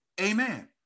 Amen